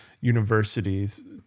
universities